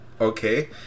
Okay